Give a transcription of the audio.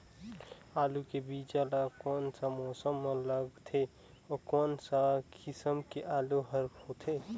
आलू के बीजा वाला कोन सा मौसम म लगथे अउ कोन सा किसम के आलू हर होथे?